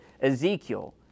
Ezekiel